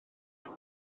ddŵr